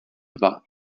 dva